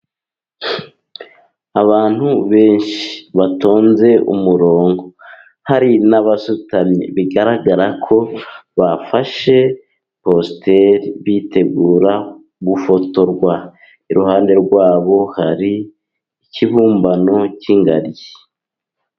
Abantu benshi batonze umurongo hari n'abasutamye, bigaragarako bafashe positeri bitegura gufotorwa, iruhande rwabo hari ikibumbano cy'ingagi.